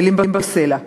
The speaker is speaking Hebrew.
מילים בסלע,